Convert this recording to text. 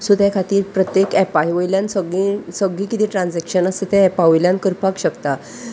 so त्या खातीर प्रत्येक एपा वयल्यान सगळीं सगळीं कितें ट्रान्जॅक्शन आसा तें एपा वयल्यान करपाक शकता